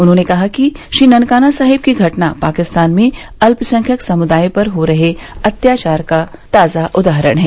उन्होंने कहा कि श्री ननकाना साहिब की घटना पाकिस्तान में अल्पसंख्यक समुदायों पर हो रहे अत्याचार का ताजा उदाहरण है